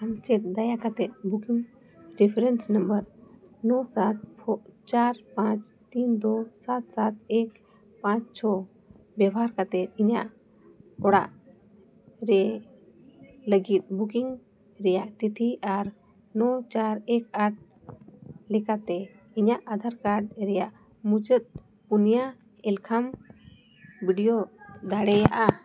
ᱟᱢ ᱪᱮᱫ ᱫᱟᱭᱟ ᱠᱟᱛᱮᱫ ᱵᱩᱠᱤᱝ ᱨᱤᱯᱷᱟᱨᱮᱱᱥ ᱱᱟᱢᱵᱟᱨ ᱱᱚ ᱥᱟᱛ ᱪᱟᱨ ᱯᱟᱸᱪ ᱛᱤᱱ ᱫᱩ ᱥᱟᱛ ᱥᱟᱛ ᱮᱠ ᱯᱟᱸᱪ ᱪᱷᱚ ᱵᱮᱵᱚᱦᱟᱨ ᱠᱟᱛᱮᱫ ᱤᱧᱟᱹᱜ ᱚᱲᱟᱜ ᱨᱮ ᱞᱟᱹᱜᱤᱫ ᱵᱩᱠᱤᱝ ᱨᱮᱭᱟᱜ ᱛᱤᱛᱷᱤ ᱟᱨ ᱱᱚ ᱪᱟᱨ ᱮᱠ ᱟᱴ ᱞᱮᱠᱟᱛᱮ ᱤᱧᱟᱹᱜ ᱟᱫᱷᱟᱨ ᱠᱟᱨᱰ ᱨᱮᱭᱟᱜ ᱢᱩᱪᱟᱹᱫ ᱯᱩᱱᱤᱭᱟ ᱮᱞᱠᱷᱟ ᱵᱤᱰᱤᱭᱳ ᱫᱟᱲᱮᱭᱟᱜᱼᱟ